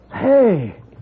Hey